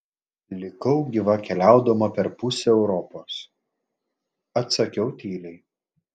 likau gyva keliaudama per pusę europos atsakiau tyliai